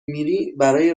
میری؟ برای